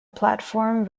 platform